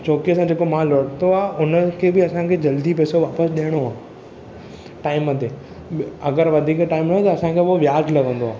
छोकी असां जेको माल वरितो आहे हुननि खे बि असां खे जल्दी पैसो वापसि ॾियणो आहे टाइम ते अगर वधिक टाइम त असां खे पोइ व्याज लॻंदो आहे